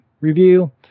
review